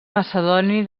macedoni